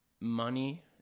money